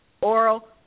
oral